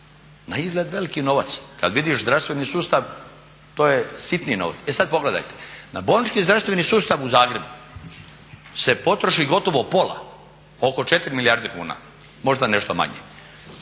Naizgled veliki novac. Kad vidiš zdravstveni sustav to je sitni novac. E sad pogledajte, na bolnički zdravstveni sustav u Zagrebu se potroši gotovo pola oko 4 milijarde kuna, možda nešto manje.